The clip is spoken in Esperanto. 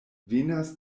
venas